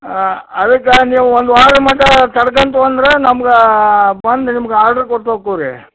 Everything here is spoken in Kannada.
ಆ ಅದಕ್ಕೆ ನೀವು ಒಂದು ವಾರ ಮಟ ತಡ್ಕಂತು ಅಂದ್ರೆ ನಮ್ಗೆ ಬಂದು ನಿಮ್ಗೆ ಆರ್ಡರ್ ಕೊಟ್ಟು ಹೋಕವ್ ರೀ